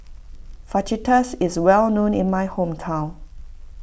Fajitas is well known in my hometown